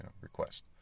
request